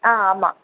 ஆ ஆமாம்